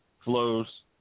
flows